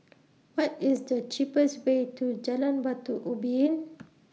What IS The cheapest Way to Jalan Batu Ubin